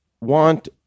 want